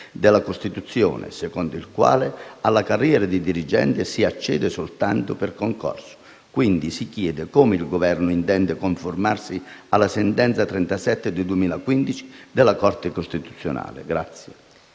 della Costituzione, secondo il quale alla carriera di dirigente sia accede soltanto per concorso. Quindi, si chiede come il Governo intenda conformarsi alla sentenza n. 37 del 2015 della Corte costituzionale.